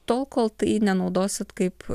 tol kol tai nenaudosit kaip